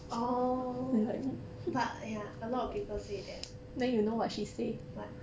orh but ya a lot of people say that [what]